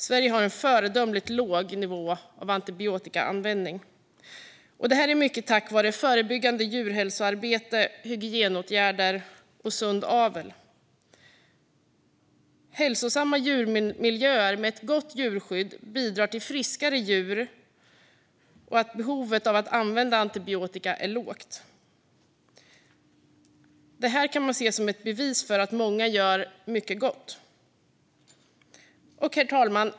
Sverige har en föredömligt låg antibiotikaanvändning, mycket tack vare förebyggande djurhälsoarbete, hygienåtgärder och sund avel. Hälsosamma djurmiljöer med ett gott djurskydd bidrar till friskare djur och till att behovet av att använda antibiotika är litet. Detta kan man se som ett bevis för att många gör mycket gott. Herr talman!